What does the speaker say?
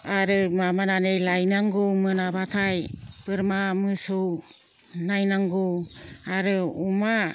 आरो माबानानै लाबोनांगौ मोनाबाथाय बोरमा मोसौ नायनांगौ आरो अमा